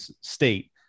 state